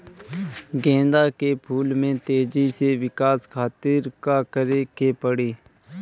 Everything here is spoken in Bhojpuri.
गेंदा के फूल में तेजी से विकास खातिर का करे के पड़ी?